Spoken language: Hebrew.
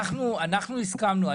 אנחנו הסכמנו,